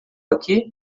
aqui